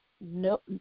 Nope